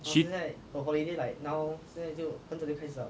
she